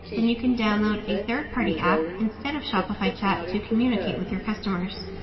then you can download a third-party app instead of shopify chat to communicate with your customers.